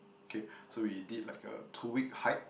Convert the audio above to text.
okay so we did like a two week hike